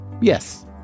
Yes